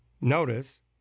Notice